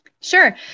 Sure